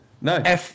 No